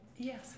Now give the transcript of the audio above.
yes